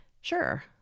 Sure